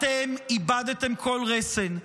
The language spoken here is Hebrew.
אתם איבדתם כל רסן.